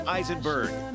Eisenberg